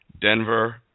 Denver